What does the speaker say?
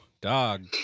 Dog